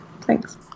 Thanks